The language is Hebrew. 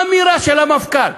אמירה של המפכ"ל,